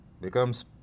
Becomes